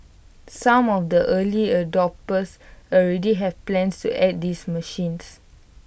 some of the early adopters already have plans to add these machines